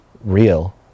real